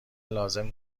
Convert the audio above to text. لازم